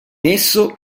esso